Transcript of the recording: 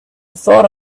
thought